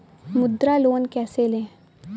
मुद्रा लोन कैसे ले?